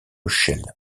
chelles